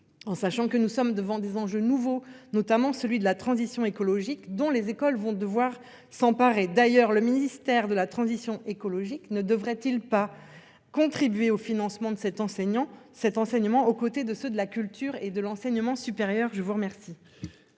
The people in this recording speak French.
En sachant que nous sommes devant des enjeux nouveaux, notamment celui de la transition écologique, dont les écoles vont devoir s'emparer d'ailleurs le ministère de la transition écologique ne devrait-il pas contribuer au financement de cet enseignant cet enseignement aux côtés de ceux de la culture et de l'enseignement supérieur, je vous remercie.